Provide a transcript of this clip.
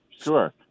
Sure